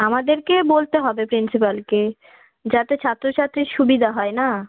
আমাদেরকে বলতে হবে প্রিন্সিপালকে যাতে ছাত্র ছাত্রীর সুবিধা হয় না